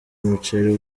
umuceri